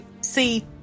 see